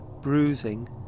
bruising